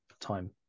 time